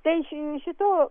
tai šitu